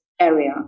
area